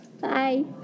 Bye